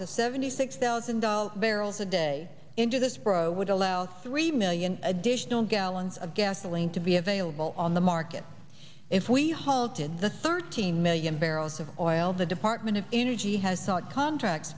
seventy six thousand dollars barrels a day into this pro would allow sri million additional gallons of gasoline to be available on the market if we halted the thirteen million barrels of oil the department of energy has sought contracts